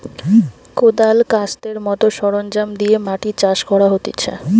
কদাল, কাস্তের মত সরঞ্জাম দিয়ে মাটি চাষ করা হতিছে